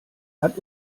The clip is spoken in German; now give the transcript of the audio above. hat